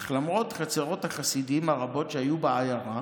אך למרות חצרות החסידים הרבות שהיו בעיירה,